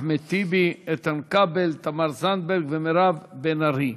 3905 ו-3906.